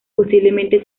posiblemente